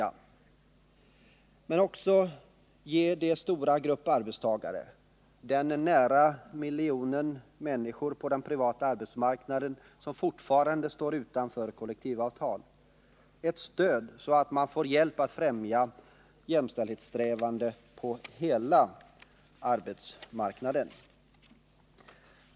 Den skall också ge den stora grupp arbetstagare som fortfarande står utanför kollektivavtal — nära en miljon på den privata arbetsmarknaden —- ett stöd, så att man får hjälp att främja jämställdhetssträvandena på hela arbetsmarknaden.